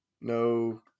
no